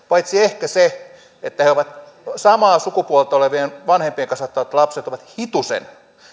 paitsi ehkä se että samaa sukupuolta olevien vanhempien kasvattamat lapset ovat hitusen